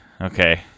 okay